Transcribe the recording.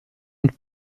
und